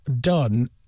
done